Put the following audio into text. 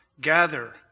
Gather